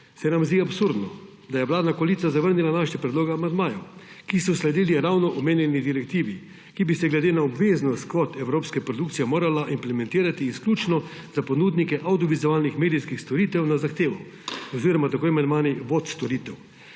se nam zdi absurdno, da je vladna koalicija zavrnila naše predloge amandmajev, ki so sledili ravno omenjeni direktivi, ki bi se glede na obveznost kvot evropske produkcije morala implementirati izključno za ponudnike avdiovizualnih medijskih storitev na zahtevo oziroma tako imenovani VOD storitev,